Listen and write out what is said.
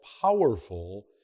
powerful